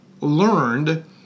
learned